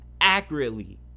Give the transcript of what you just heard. accurately